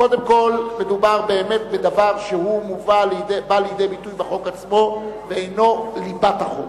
קודם כול מדובר באמת בדבר שבא לידי ביטוי בחוק עצמו ואינו ליבת החוק.